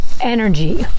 energy